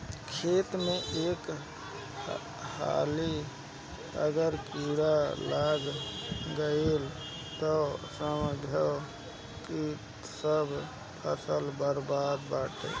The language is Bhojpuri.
खेत में एक हाली अगर कीड़ा लाग गईल तअ समझअ की सब फसल बरबादे बाटे